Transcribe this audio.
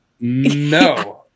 no